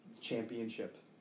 championship